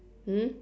hmm